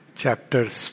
chapters